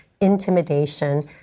intimidation